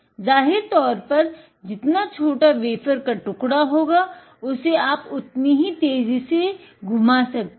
ज़ाहिर तौर पर जितना छोटा वेफ़र का टुकड़ा होगा उसे आप उतनी ही तेज़ी से घुमा सकते हैं